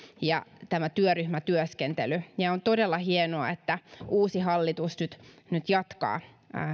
ja tämä työryhmätyöskentely ja on todella hienoa että uusi hallitus nyt nyt jatkaa